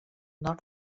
nord